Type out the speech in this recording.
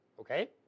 Okay